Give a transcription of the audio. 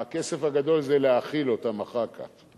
הכסף הגדול זה להאכיל אותם אחר כך.